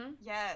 Yes